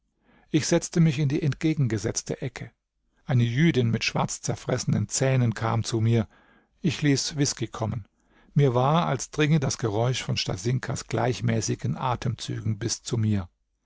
ich setzte mich in die entgegengesetzte ecke eine jüdin mit schwarzzerfressenen zähnen kam zu mir ich ließ whisky kommen mir war als dringe das geräusch von stasinkas gleichmäßigen atemzügen bis zu mir